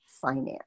finance